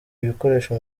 ibikoresho